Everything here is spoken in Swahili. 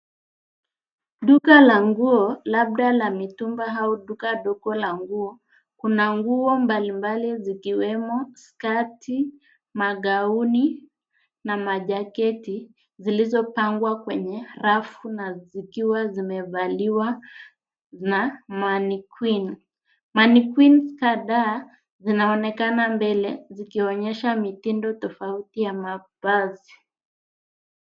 Duka la nguo, labda la mitumba au duka la kawaida la nguo, lina nguo mbalimbali zikiwemo kaptula, magauni, na makoti, zilizopangwa kwenye rafu na kuvalishwa kwa manekeni. Manekeni hayo yanaonekana mbele yakiwa yamevalishwa mavazi tofauti, yakionyesha mitindo mbambali ya mavazi.